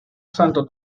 santo